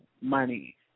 money